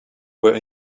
were